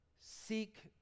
seek